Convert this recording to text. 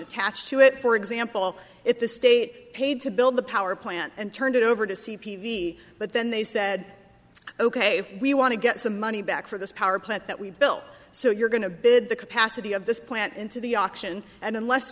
attached to it for example if the state paid to build the power plant and turned it over to see peavy but then they said ok we want to get some money back for this power plant that we built so you're going to bid the capacity of this plant into the auction and unless